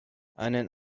einen